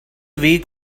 weak